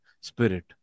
spirit